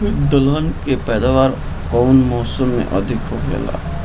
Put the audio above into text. दलहन के पैदावार कउन मौसम में अधिक होखेला?